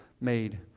made